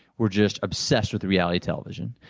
we're just obsessed with reality television.